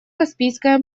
каспийское